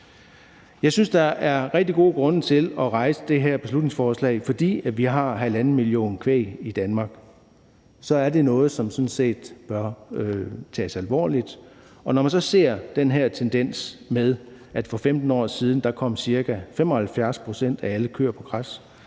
Jeg synes, der er rigtig gode grunde til at fremsætte det her beslutningsforslag. Vi har 1,5 millioner stykker kvæg i Danmark, så det er noget, som sådan set bør tages alvorligt. Man kan se den tendens, der er: For 15 år siden kom ca. 75 pct. af alle køer på græs,